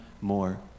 more